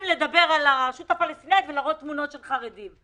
לדבר על הרשות הפלסטינאית ולהראות תמונות של חרדים.